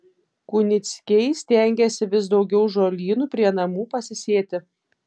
kunickiai stengiasi vis daugiau žolynų prie namų pasisėti